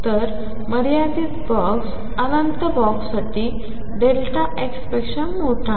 तर मर्यादित बॉक्स अनंत बॉक्ससाठी Δx पेक्षा मोठा आहे